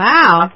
Wow